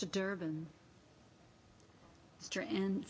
to durban and